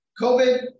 COVID